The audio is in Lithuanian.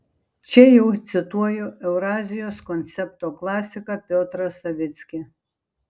čia jau cituoju eurazijos koncepto klasiką piotrą savickį